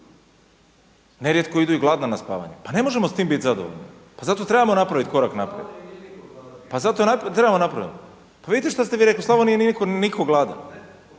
nerijetko idu i gladna na spavanje. Pa ne možemo biti s tim zadovoljni pa zato trebamo napraviti korak naprijed. Pa vidite šta ste vi rekli u Slavoniji nije niko gladan,